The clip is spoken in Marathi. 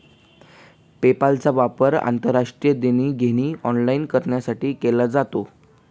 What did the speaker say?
पेपालचा वापर आंतरराष्ट्रीय देणी घेणी ऑनलाइन करण्यासाठी केला जातो